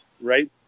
Right